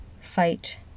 fight